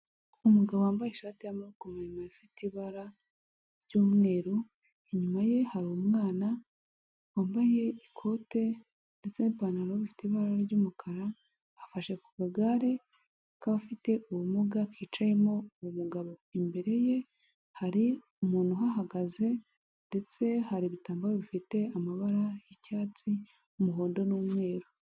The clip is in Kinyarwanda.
Umugabo wambaye ishati y'amaboko maremare ifite ibara ry'umweru, inyuma ye hari umwana wambaye ikote ndetse n'ipantaro bfite ibara ry'umukara, afashe ku kagare k'abafite ubumuga kicayemo umugabo, imbere ye hari umuntu uhahagaze ndetse hari ibitambaro bifite amabara y'icyatsi, umuhondo n'umweru.